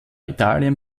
italien